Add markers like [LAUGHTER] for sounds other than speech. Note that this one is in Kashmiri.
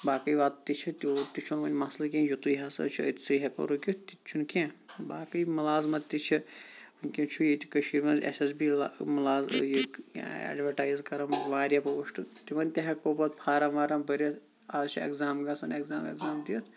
باقی وَتہِ تہِ چھِ تیوٗت تہِ چھُنہِ وۄنۍ مَسلہٕ کینٛہہ یُتُے ہَسا چھُ أتسے ہیٚکو رُکِتھ تہِ تہِ چھُ نہٕ کینٛہہ باقی مُلازمَت تہِ چھِ وٕنکٮ۪ن چھُ ییٚتہِ کٔشیٖر منٛز ایٚس ایٚس بی مُلازمَت [UNINTELLIGIBLE] ایڈوَٹایِز کَران واریاہ پوسٹ تِمَن تہِ ہیٚکو پَتہِ فارَم وارَم بٔرِتھ آز چھُ ایٚگزام گَژھان ایٚگزام ویٚگزام دِتھ